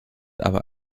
aber